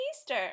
easter